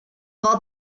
war